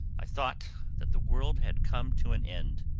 i thought that the world had come to an end.